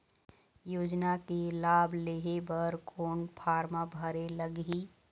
योजना के लाभ लेहे बर कोन फार्म भरे लगही?